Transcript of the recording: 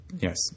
yes